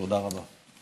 תודה רבה.